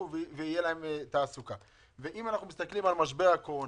במי פוגע משבר הקורונה?